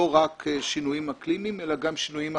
לא רק שינויים אקלימים, אלא גם שינויים אחרים.